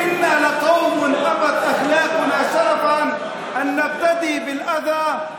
שאלי את החניתות הגבוהות על הוד מעלתנו ותוודאי מול הלבנים,